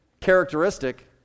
characteristic